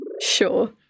Sure